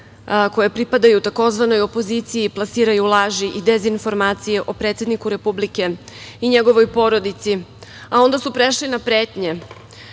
koje pripadaju tzv. opoziciji, plasiraju laži i dezinformacije o predsedniku Republike i njegovoj porodici, a onda su prešli na pretnje